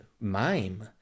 mime